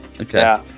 okay